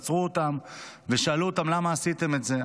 עצרו אותם ושאלו אותם: למה עשיתם את זה?